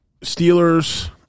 Steelers